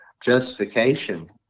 Justification